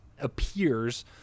appears